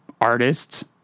artists